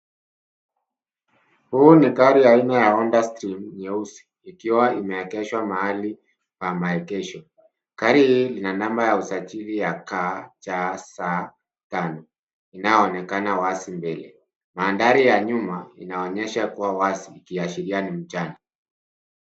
Huu ni gari aina ya Honda Stream nyeusi ikiwa imeegeshwa mahali pa maegesho. Gari hii lina namba ya usajili ya KCS 5 inayoonekana wazi mbele. Mandhari ya nyuma inaonyesha kuwa wazi ikiashiria ni mchana.